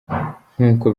nkuko